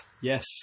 Yes